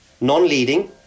non-leading